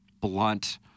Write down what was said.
blunt